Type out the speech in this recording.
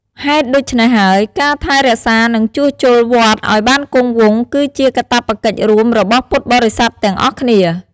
ហេតុដូច្នេះហើយ ការថែរក្សា និងជួសជុលវត្តឱ្យបានគង់វង្ស គឺជាកាតព្វកិច្ចរួមរបស់ពុទ្ធបរិស័ទទាំងអស់គ្នា។